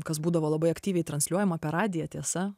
kas būdavo labai aktyviai transliuojama per radiją tiesa